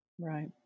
Right